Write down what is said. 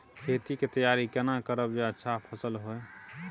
खेत के तैयारी केना करब जे अच्छा फसल होय?